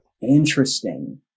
interesting